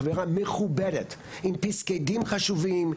חברה מחוברת עם פסקי דין חשובים,